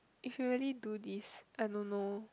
if you really do this I don't know